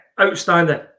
outstanding